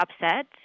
upset